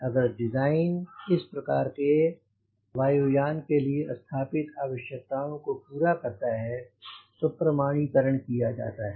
अगर डिजाइन इस प्रकार के वायु यान के लिए स्थापित आवश्यकताओं को पूरा करता है तो प्रमाणीकरण किया जाता है